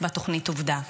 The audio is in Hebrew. בתוכנית עובדה.